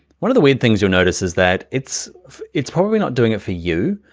one of the weird things you'll notice is that it's it's probably not doing it for you,